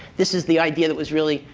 this is the idea that was really,